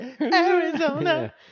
Arizona